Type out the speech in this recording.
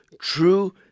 True